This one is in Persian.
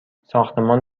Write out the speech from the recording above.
ساختمان